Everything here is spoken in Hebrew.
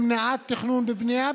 במניעת תכנון ובנייה,